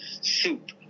soup